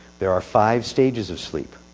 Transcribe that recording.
there are five stages of sleep.